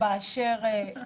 באשר --- קצת...